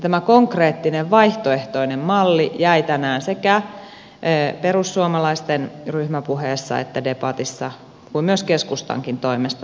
tämä konkreettinen vaihtoehtoinen malli jäi tänään niin perussuomalaisten ryhmäpuheessa ja debatissa kuin myös keskustankin toimesta täällä esittämättä